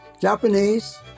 Japanese